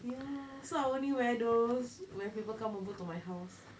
ya so I only wear those when people come over to my house